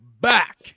back